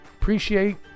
appreciate